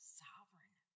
sovereign